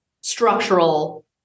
structural